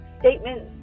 statements